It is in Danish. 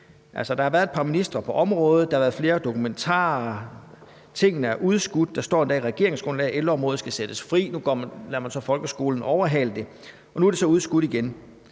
der har været et par ministre på området, der har været flere dokumentarer, og der står endda i regeringsgrundlaget, at ældreområdet skal sættes fri, men nu lader man så folkeskolen overhale det, og nu er tingene så igen